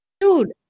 dude